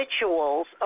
rituals